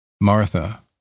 Martha